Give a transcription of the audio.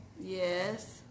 Yes